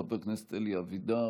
חבר הכנסת אלי אבידר,